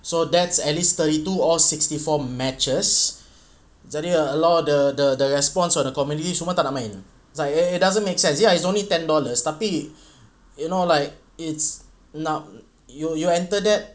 so that's at least thirty two or sixty four matches jadi a a lot of the the response of the company semua tak nak main it's like eh it doesn't make sense ya it's only ten dollars tapi you know like it's nak you you enter that